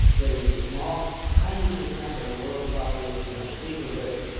where there's a small, tiny percent of the world's population are super rich.